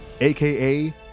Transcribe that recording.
aka